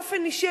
באופן אישי,